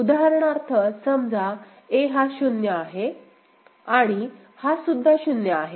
उदाहरणार्थ समजा a हा शून्य आहे आणि हा सुद्धा शुन्य आहे